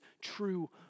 true